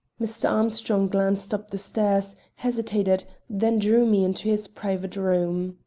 mr. armstrong glanced up the stairs, hesitated, then drew me into his private room.